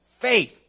Faith